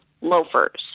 loafers